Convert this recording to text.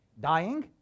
dying